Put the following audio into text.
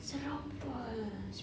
seram [pe]